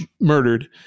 murdered